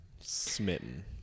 smitten